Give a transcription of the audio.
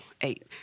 eight